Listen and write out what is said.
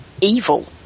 evil